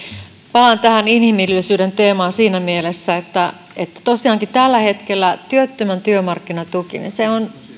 palaan tähän inhimillisyyden teemaan siinä mielessä että tosiaankin tällä hetkellä työttömän työmarkkinatuki on